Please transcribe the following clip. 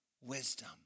wisdom